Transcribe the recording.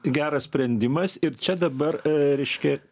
geras sprendimas ir čia dabar reiškia